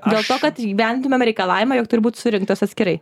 dėl to kad įgyvendiname reikalavimą jog turi būti surinktas atskirai